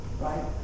Right